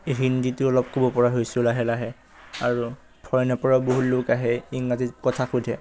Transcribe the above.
হিন্দীটো অলপ ক'ব পৰা হৈছোঁ লাহে লাহে আৰু ফৰেনৰপৰাও বহুত লোক আহে ইংৰাজীত কথা সোধে